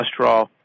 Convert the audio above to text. cholesterol